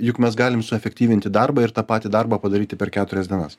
juk mes galim suefektyvinti darbą ir tą patį darbą padaryti per keturias dienas